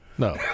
No